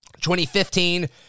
2015